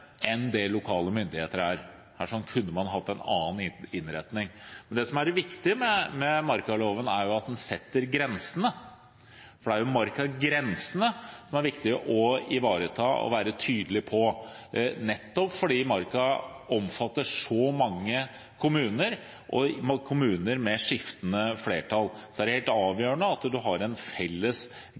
enn det lokale myndigheter er. Her kunne man hatt en annen innretning. Men det som er det viktige med markaloven, er at den setter grensene, for det er markagrensene som er viktige å ivareta og være tydelig på, nettopp fordi marka omfatter så mange kommuner, og kommuner med skiftende flertall. Det er helt avgjørende at man har en felles